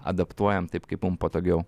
adaptuojam taip kaip mum patogiau